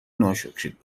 ناشکرید